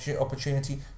opportunity